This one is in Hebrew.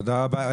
תודה רבה.